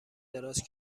دراز